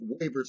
waivers